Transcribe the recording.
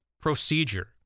procedure